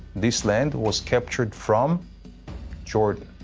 this land was captured from jordan.